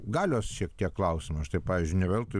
galios šiek tiek klausimas štai pavyzdžiui ne veltui